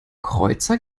kreuzer